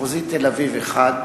מחוזי תל-אביב, אחד,